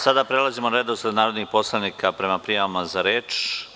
Sada prelazimo na redosled narodnih poslanika prema prijavama za reč.